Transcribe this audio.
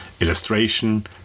illustration